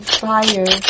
fire